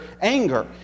anger